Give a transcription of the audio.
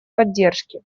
поддержки